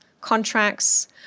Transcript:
contracts